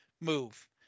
move